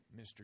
Mr